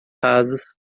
rasas